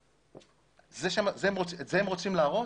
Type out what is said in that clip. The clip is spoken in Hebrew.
את זה הם רוצים להרוס?